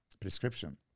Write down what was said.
prescription